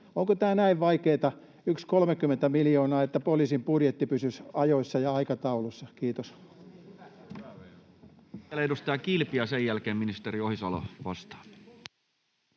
Onko tämä näin vaikeata, yksi 30 miljoonaa, että poliisin budjetti pysyisi ajoissa ja aikataulussa? — Kiitos.